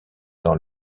dans